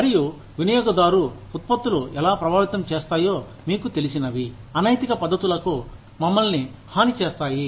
మరియు వినియోగదారు ఉత్పత్తులు ఎలా ప్రభావితం చేస్తాయో మీకు తెలిసినవి అనైతిక పద్ధతులకు మమ్మల్ని హాని చేస్తాయి